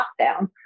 lockdown